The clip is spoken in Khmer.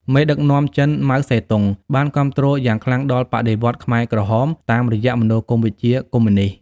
មេដឹកនាំចិន ម៉ៅ សេទុង បានគាំទ្រយ៉ាងខ្លាំងដល់បដិវត្តន៍ខ្មែរក្រហមតាមរយៈមនោគមវិជ្ជាកុម្មុយនីស្ត។